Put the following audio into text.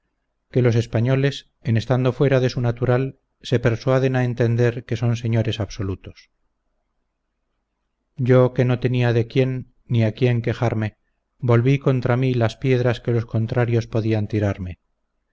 que los españoles en estando fuera de su natural se persuaden a entender que son señores absolutos yo que no tenía de quien ni a quién quejarme volví contra mí las piedras que los contrarios podían tirarme